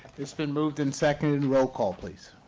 it's been moved in second. and roll call, please.